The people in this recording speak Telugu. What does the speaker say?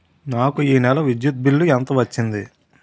నాకు ఈ నెల విద్యుత్ బిల్లు ఎంత వచ్చింది?